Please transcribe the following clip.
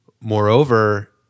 Moreover